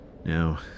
Now